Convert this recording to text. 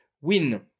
win